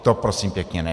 To prosím pěkně ne.